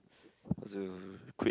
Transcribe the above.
what was the equip